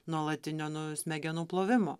nuolatinio nu smegenų plovimo